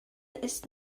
ist